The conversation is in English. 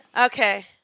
Okay